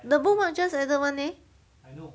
the bookmark just added [one] leh